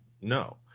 no